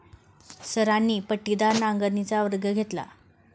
सरांनी पट्टीदार नांगरणीचा वर्ग घेतला